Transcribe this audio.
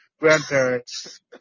grandparents